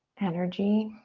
energy.